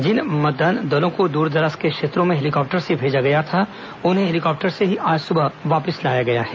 जिन मतदान दलों को दूरदराज के क्षेत्रों में हेलीकॉप्टर से भेजा गया था उन्हें हेलीकॉप्टर से ही आज सुबह वापस लाया गया है